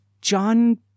John